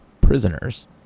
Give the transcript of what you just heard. Prisoners